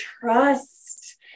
trust